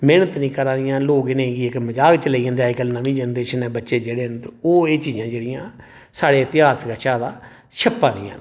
मैह्नत निं करै दे न लोक इ'नें गी मजाक च लेई लैंदे न बच्चे जेह्ड़े न ओह् चीजां जेह्ड़ियां न ओह् साढ़े इतिहास कशा छप्पै दियां न